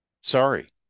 Sorry